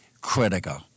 critical